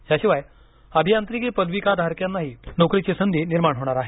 याशिवाय अभियांत्रिकी पदवीधारकांनाही नोकरीची संधी निर्माण होणार आहे